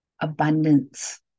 abundance